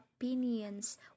opinions